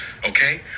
Okay